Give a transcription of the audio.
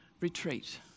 retreat